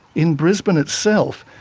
in brisbane itself,